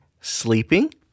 sleeping